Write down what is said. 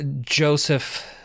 Joseph